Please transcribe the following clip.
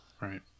Right